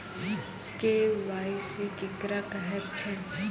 KYC केकरा कहैत छै?